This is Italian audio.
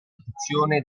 protezione